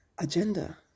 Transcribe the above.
Agenda